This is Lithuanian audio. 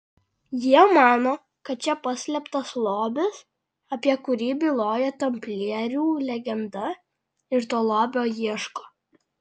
jie mano kad čia paslėptas lobis apie kurį byloja tamplierių legenda ir to lobio ieško